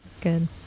Good